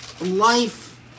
life